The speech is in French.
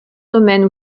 domaines